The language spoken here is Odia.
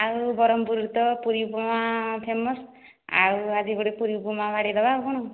ଆଉ ବରହମପୁର ରେ ତ ପୁରୀ ଉପମା ଫେମସ ଆଉ ଆଜି ଗୋଟେ ପୁରୀ ଉପମା ବାଡ଼େଇ ଦେବା ଆଉ କ'ଣ